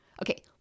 Okay